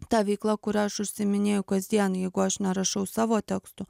ta veikla kuria aš užsiiminėju kasdien jeigu aš nerašau savo tekstų